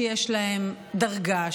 שיש להם דרגה,